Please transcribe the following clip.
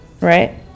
Right